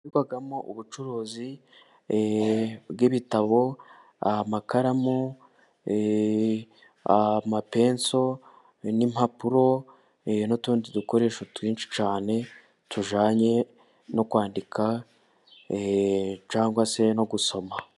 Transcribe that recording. Inzu bakoreramo ubucuruzi bw'ibitabo, amakaramu, amapenso, n'impapuro, n'utundi dukoresho twinshi cyane, tujyanye no kwandika, cyangwa se no gusoma.